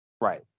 Right